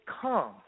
come